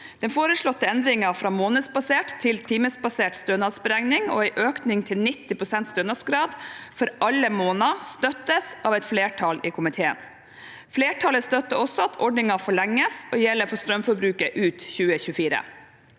Den foreslåtte endringen fra månedsbasert til timebasert stønadsberegning og en økning til 90 pst. stønadsgrad for alle måneder støttes av et flertall i komiteen. Flertallet støtter også at ordningen forlenges og gjelder for strømforbruket ut 2024.